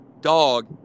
dog